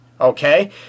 Okay